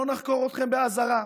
לא נחקור אתכם באזהרה.